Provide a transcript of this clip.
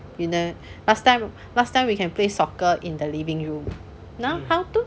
you know last time last time we can play soccer in the living room now how to